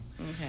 Okay